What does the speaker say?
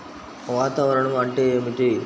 వాతావరణం అంటే ఏమిటి?